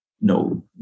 no